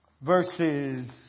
verses